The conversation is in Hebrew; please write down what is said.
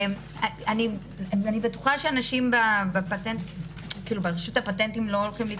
אני בטוחה שאנשים ברשות הפטנטים לא הולכים,